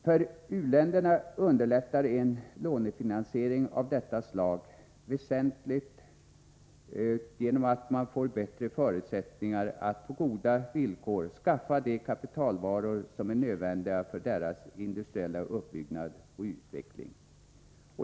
För u-länderna skulle en lånefinansiering av detta slag väsentligt underlätta förutsättningarna att på goda villkor skaffa de kapitalvaror som är nödvändiga för deras industriella uppbyggnad och utveckling.